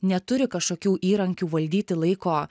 neturi kažkokių įrankių valdyti laiko